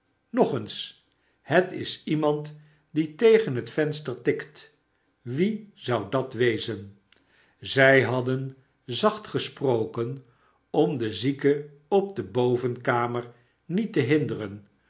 nog eens het is iemand die tegen het venster tikt wie zou dat wezen zij hadden zacht gesproken om den zieke op de bovenkamer niet te